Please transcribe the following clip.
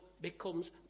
becomes